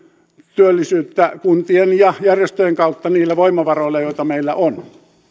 työllisyyttä kuntien ja järjestöjen kautta niillä voimavaroilla joita meillä on